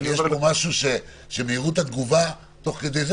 יש פה משהו שמהירות התגובה תוך כדי זה,